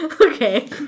Okay